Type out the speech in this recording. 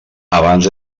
abans